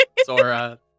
Sora